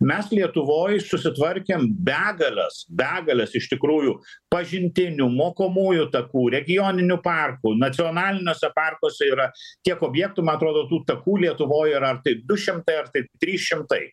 mes lietuvoj susitvarkėm begales begales iš tikrųjų pažintinių mokomųjų takų regioninių parkų nacionaliniuose parkuose yra tiek objektų man atrodo tų takų lietuvoj yra ar tai du šimtai ar tai trys šimtai